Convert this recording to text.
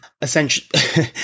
essentially